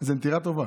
זה נטירה טובה.